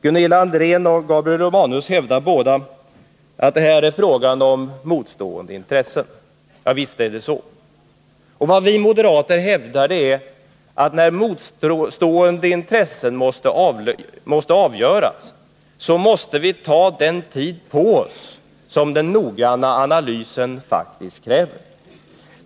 Gunilla André och Gabriel Romanus hävdar båda att det här är fråga om motstående intressen. Ja, visst är det så. Vad vi moderater emellertid hävdar är att när motstående intressen måste avvägas mot varandra, måste vi ta den tid på oss som den noggranna analysen faktiskt kräver.